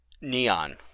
neon